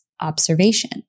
observation